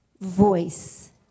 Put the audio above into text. voice